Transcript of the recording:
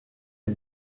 est